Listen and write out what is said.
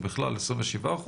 בכלל 27%,